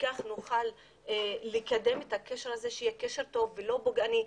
כך נוכל לקדם את הקשר הזה שיהיה קשר טוב ולא פוגעני.